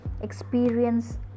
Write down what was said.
experience